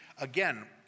again